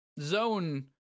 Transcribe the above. Zone